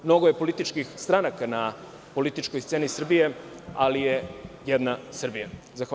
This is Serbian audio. Mnogo je političkih stranaka na političkoj sceni Srbije, ali je jedna Srbija.